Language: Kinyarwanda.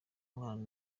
umwana